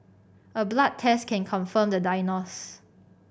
a blood test can confirm the diagnosis